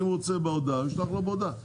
אם הוא רוצה בהודעה, הוא ישלח לו בהודעה.